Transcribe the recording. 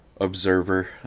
observer